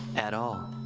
at all.